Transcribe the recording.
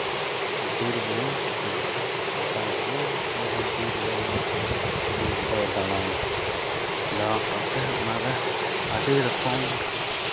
ᱵᱤᱨᱼᱵᱩᱨᱩᱧ ᱠᱩᱥᱤᱭᱟᱜᱼᱟ ᱨᱟᱛᱟᱝ ᱵᱩᱨᱩ ᱡᱟᱦᱟᱸ ᱵᱤᱨ ᱨᱮ ᱢᱮᱱᱟᱜᱼᱟ ᱵᱤᱨ ᱨᱮ ᱫᱟᱬᱟᱱ ᱫᱟᱬᱟᱱ ᱥᱟᱶᱛᱮ ᱚᱱᱟᱨᱮ ᱟᱹᱰᱤ ᱨᱚᱠᱚᱢ